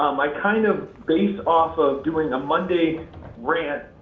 um i kind of base off of doing a monday rant,